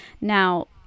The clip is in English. Now